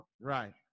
Right